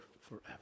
forever